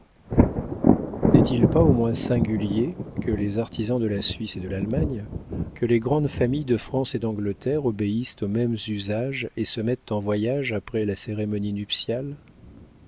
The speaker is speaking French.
n'est-il pas au moins singulier que les artisans de la suisse et de l'allemagne que les grandes familles de france et d'angleterre obéissent au même usage et se mettent en voyage après la cérémonie nuptiale